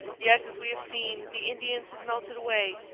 yet, as we have seen, the indians had melted away,